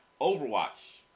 Overwatch